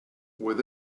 with